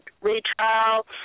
retrial